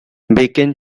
bacon